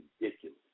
ridiculous